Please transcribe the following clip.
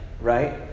right